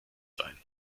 sein